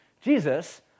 Jesus